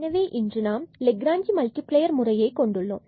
எனவே இன்று நாம் லெக்ராஞ்சி மல்டிபிளேயர் முறையை கொண்டுள்ளோம்